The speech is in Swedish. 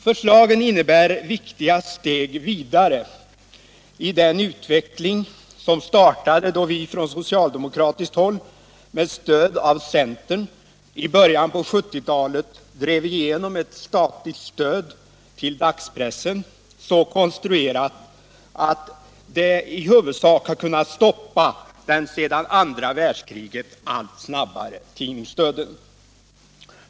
Förslagen innebär viktiga steg vidare i den utveckling som startade då vi från socialdemokratiskt håll med stöd av centern i början av 1970-talet drev igenom ett statligt stöd till dagspressen, så konstruerat att det i huvudsak har kunnat stoppa den sedan andra världskriget allt snabbare tidningsdöden.